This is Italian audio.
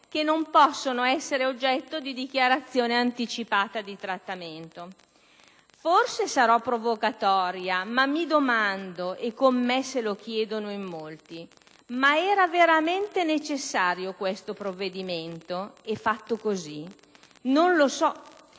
che non possono essere oggetto di dichiarazione anticipata di trattamento. Forse sarò provocatoria, ma mi domando (e con me se lo chiedono in molti), se era veramente necessario questo provvedimento, così formulato.